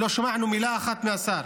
לא שמענו מילה אחת מהשר.